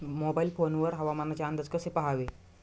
Mobile phone वर हवामानाचे अंदाज कसे पहावे?